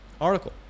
article